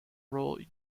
role